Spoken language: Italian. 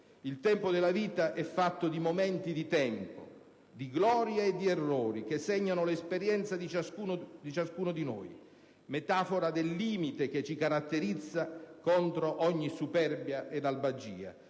Il tempo della vita è fatto di momenti di tempo, di gloria e di errori che segnano l'esperienza di ciascun uomo, metafora del limite che ci caratterizza, contro ogni superbia ed albagia.